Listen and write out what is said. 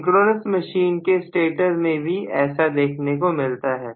synchronous machine के stator में भी ऐसा देखने को मिलता है